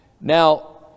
Now